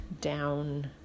down